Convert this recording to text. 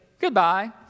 goodbye